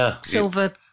silver